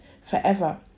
forever